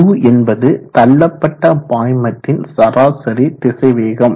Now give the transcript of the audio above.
u என்பது தள்ளப்பட்ட பாய்மத்தின் சராசரி திசைவேகம்